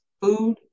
food